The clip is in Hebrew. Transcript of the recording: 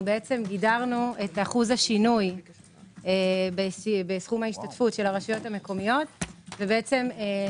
הגדרנו את אחוז השינוי בסכום ההשתתפות של הרשויות המקומיות ל-5%,